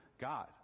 God